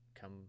come –